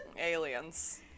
aliens